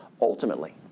ultimately